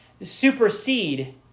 supersede